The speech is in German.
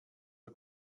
der